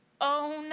own